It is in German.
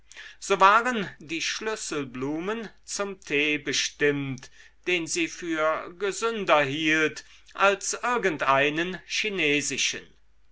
so waren die schlüsselblumen zum tee bestimmt den sie für gesünder hielt als irgendeinen chinesischen